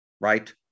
right